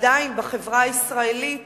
עדיין בחברה הישראלית